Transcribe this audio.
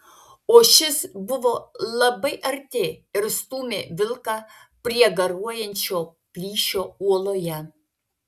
o šis buvo labai arti ir stūmė vilką prie garuojančio plyšio uoloje